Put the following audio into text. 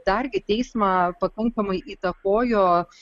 dar gi teismą pakankamai įtakojo